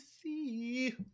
see